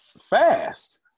fast